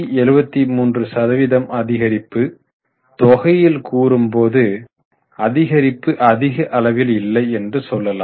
173 சதவீதம் அதிகரிப்பு தொகையில் கூறும் போது அதிகரிப்பு அதிக அளவில் இல்லை என்று சொல்லலாம்